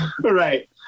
Right